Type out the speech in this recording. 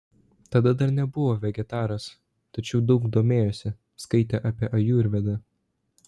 tada dar nebuvo vegetaras tačiau daug domėjosi skaitė apie ajurvedą